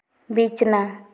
ᱵᱤᱪᱷᱱᱟᱹ